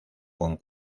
con